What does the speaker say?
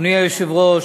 אדוני היושב-ראש,